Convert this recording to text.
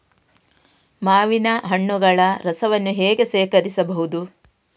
ಮಾವಿನ ಹಣ್ಣುಗಳ ರಸವನ್ನು ಹೇಗೆ ಶೇಖರಿಸಬಹುದು?